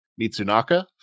mitsunaka